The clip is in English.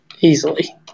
Easily